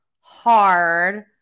hard